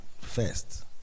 first